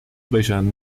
beijando